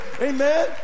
amen